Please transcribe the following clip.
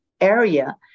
area